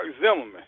Zimmerman